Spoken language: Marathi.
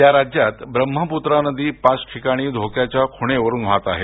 त्या राज्यात ब्रह्मपुत्रा नदी पाच ठिकाणी धोक्याच्या खुणेच्या वरून वहात आहे